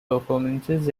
performances